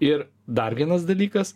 ir dar vienas dalykas